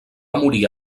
morir